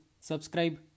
subscribe